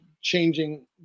changing